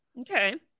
Okay